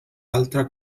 altra